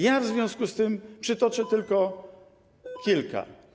Ja w związku z tym przytoczę tylko kilka.